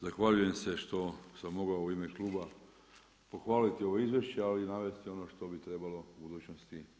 Zahvaljujem se što sam mogao u ime kluba pohvaliti ovo izvješće, ali i navesti ono što bi trebalo u budućnosti sadržavati.